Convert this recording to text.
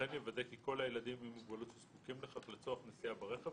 וכן יוודא כי כל הילדים עם מוגבלות שזקוקים לכך לצורך נסיעה ברכב,